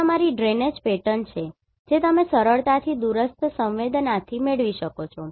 તે તમારી drainage pattern છે જે તમે સરળતાથી દૂરસ્થ સંવેદનાથી મેળવી શકો છો